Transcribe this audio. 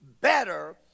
better